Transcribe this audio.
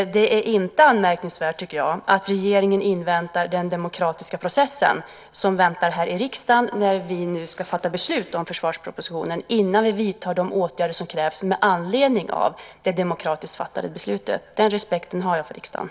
Det är inte anmärkningsvärt, tycker jag, att regeringen inväntar den demokratiska process som väntar i riksdagen när vi ska fatta beslut om försvarspropositionen - innan vi vidtar de åtgärder som krävs med anledning av demokratiskt fattade beslut. Den respekten har jag för riksdagen.